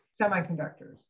Semiconductors